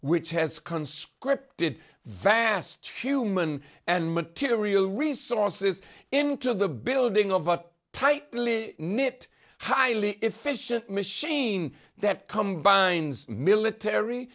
which has conscripted vast human and material resources into the building of a tightly knit highly efficient machine that combines military